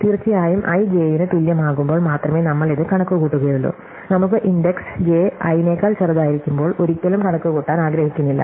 തീർച്ചയായും i j ന് തുല്യമാകുമ്പോൾ മാത്രമേ നമ്മൾ ഇത് കണക്കുകൂട്ടുകയുള്ളൂ നമുക്ക് ഇൻഡെക്സ് j i നെക്കാൾ ചെറുതായിരിക്കുമ്പോൾ ഒരിക്കലും കണക്കുകൂട്ടാൻ ആഗ്രഹിക്കുന്നില്ല